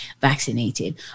vaccinated